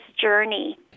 journey